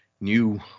new